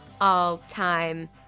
all-time